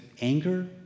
anger